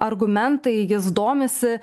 argumentai jis domisi